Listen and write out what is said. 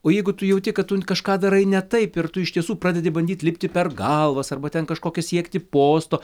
o jeigu tu jauti kad tu kažką darai ne taip ir tu iš tiesų pradedi bandyt lipti per galvas arba ten kažkokio siekti posto